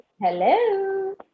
Hello